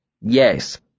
Yes